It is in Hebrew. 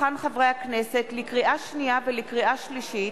לקריאה שנייה ולקריאה שלישית: